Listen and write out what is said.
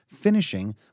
finishing